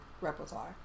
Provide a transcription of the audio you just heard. repertoire